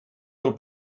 del